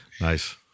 Nice